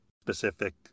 specific